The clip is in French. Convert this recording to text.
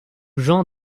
jean